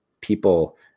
people